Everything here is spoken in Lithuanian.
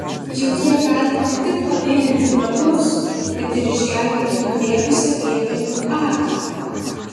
juk ja galite ne tik padailinti nagus bet ir išgelbėti nubėgusią pėdkelnių akį